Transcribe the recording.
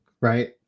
right